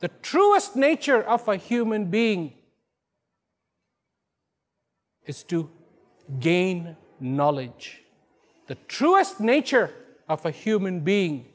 the truest nature of a human being is to gain knowledge the truest nature of a human being